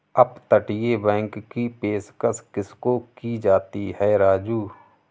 अपतटीय बैंक की पेशकश किसको की जाती है राजू?